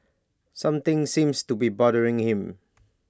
something seems to be bothering him